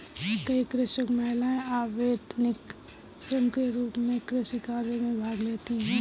कई कृषक महिलाएं अवैतनिक श्रम के रूप में कृषि कार्य में भाग लेती हैं